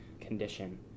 condition